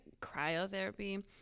cryotherapy